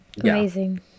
Amazing